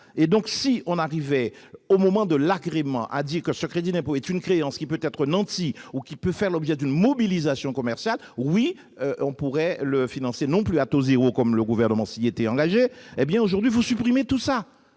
Par conséquent, si, au moment de l'agrément, on arrivait à dire que ce crédit d'impôt est une créance, qui peut être nantie ou faire l'objet d'une mobilisation commerciale, oui, on pourrait le financer- non plus à taux zéro, comme le Gouvernement s'y était engagé. Aujourd'hui, vous supprimez tout